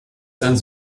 seinen